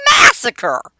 massacre